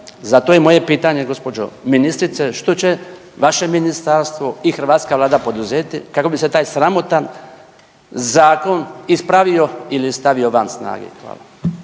Zato je moje pitanje, gđo. ministrice, što će vaše Ministarstvo i hrvatska Vlada poduzeti kako bi se taj sramotan zakon ispravio ili stavio van snage? Hvala.